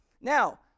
Now